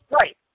Right